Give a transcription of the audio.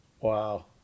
Wow